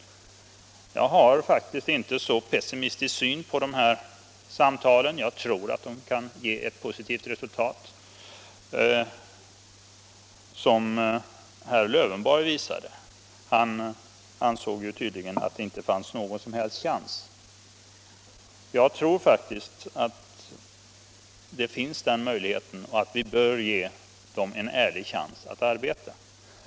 Jag har faktiskt inte så pessimistisk syn på de här samtalen som herr Lövenborg visade. Jag tror att de kan ge ett positivt resultat. Han ansåg tydligen att det inte fanns någon som helst chans. Jag tror faktiskt att möjligheten finns och att vi bör ge de olika grupperna en ärlig chans att arbeta.